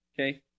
Okay